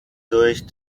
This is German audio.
durch